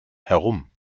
herum